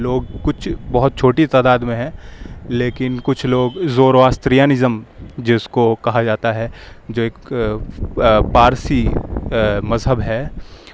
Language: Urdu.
لوگ کچھ بہت چھوٹی تعداد میں ہیں لیکن کچھ لوگ زورآستریانزم جس کو کہا جاتا ہے جو ایک پارسی مذہب ہے